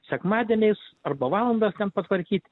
sekmadieniais arba valandas ten patvarkyt